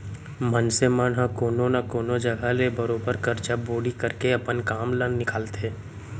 मनसे मन ह कोनो न कोनो जघा ले बरोबर करजा बोड़ी करके अपन काम ल निकालथे